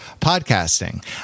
podcasting